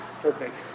Perfect